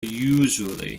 usually